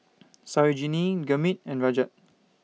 Sarojini Gurmeet and Rajat